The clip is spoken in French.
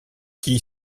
qui